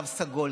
תו סגול,